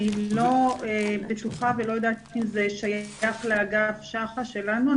אני לא בטוחה ולא יודעת אם זה שייך לאגף שח"א שלנו.